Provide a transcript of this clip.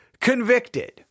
convicted